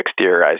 exteriorized